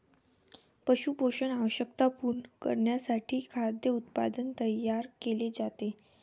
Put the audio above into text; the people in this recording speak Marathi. पशु पोषण आवश्यकता पूर्ण करण्यासाठी खाद्य उत्पादन तयार केले जाते